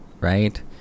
right